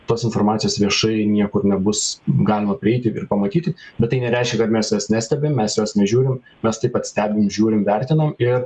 tos informacijos viešai niekur nebus galima prieiti ir pamatyti bet tai nereiškia kad mes jos nestebim mes jos nežiūrim mes taip pat stebim žiūrim vertinam ir